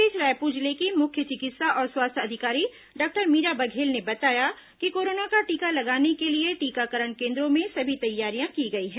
इस बीच रायपुर जिले की मुख्य चिकित्सा और स्वास्थ्य अधिकारी डॉक्टर मीरा बघेल ने बताया कि कोरोना का टीका लगाने के लिए टीकाकरण केन्द्रों में सभी तैयारियां की गई हैं